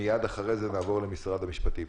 מיד אחרי כן נעבור למשרד המשפטים.